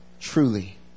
truly